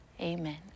amen